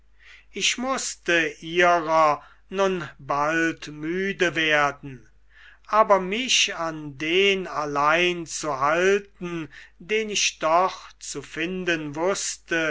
ich mußte ihrer nun bald müde werden aber mich an den allein zu halten den ich doch zu finden wußte